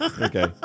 Okay